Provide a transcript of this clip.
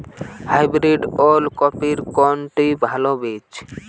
Hybrid ওল কপির কোনটি ভালো বীজ?